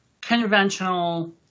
conventional